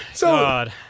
God